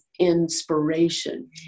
inspiration